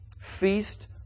Feast